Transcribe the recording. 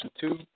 two